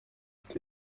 ati